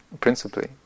Principally